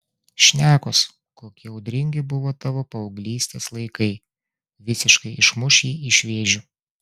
šnekos kokie audringi buvo tavo paauglystės laikai visiškai išmuš jį iš vėžių